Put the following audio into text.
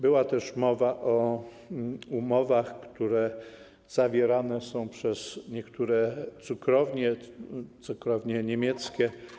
Była też mowa o umowach, które zawierane są przez niektóre cukrownie, cukrownie niemieckie.